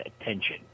attention